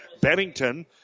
Bennington